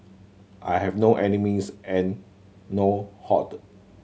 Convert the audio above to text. I have no enemies and no